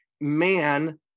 Man